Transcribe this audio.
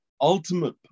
ultimate